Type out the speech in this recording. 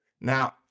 Now